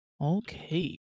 Okay